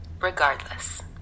regardless